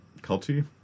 Culty